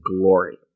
Glory